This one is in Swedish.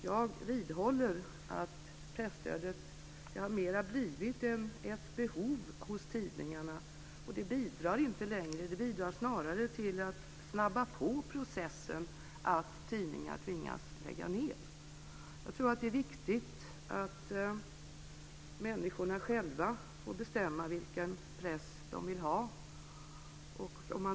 Jag vidhåller att presstödet har blivit mer ett behov hos tidningarna, och det bidrar snarare till att snabba på processen att tidningar tvingas lägga ned. Jag tror att det är viktigt att människorna själva får bestämma vilken press de vill ha.